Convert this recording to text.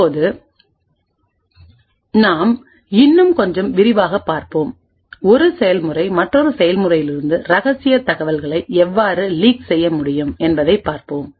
இப்போது நாம் இன்னும் கொஞ்சம் விரிவாகப் பார்ப்போம் ஒரு செயல்முறை மற்றொரு செயல்முறையிலிருந்து ரகசிய தகவல்களை எவ்வாறு லீக் செய்ய முடியும் என்பதைப் பார்ப்போம்